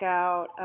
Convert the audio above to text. out